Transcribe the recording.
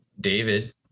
David